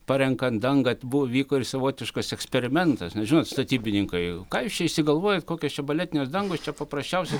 parenkant dangą buvo vyko ir savotiškas eksperimentas nes žinot statybininkai ką jūs čia išsigalvojat kokios čia baletinės dangos čia paprasčiausia